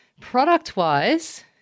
Product-wise